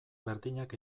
berdinak